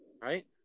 right